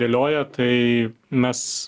dėlioja tai mes